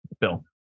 Bill